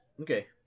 Okay